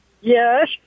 yes